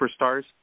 superstars